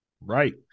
Right